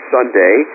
Sunday